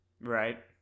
Right